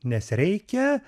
nes reikia